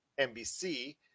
NBC